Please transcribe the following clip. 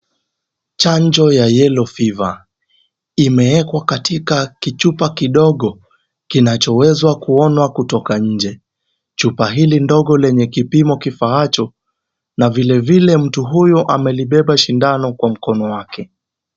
Chanjo ya yellow fever imewekwa katika kichupa kidogo kinachowezwa kuonwa kutoka nje. Chupa hili ndogo lenye kipimo kifaacho na vilevile mtu huyu amelibeba sindano kwa mkono wake.